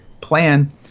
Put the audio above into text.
plan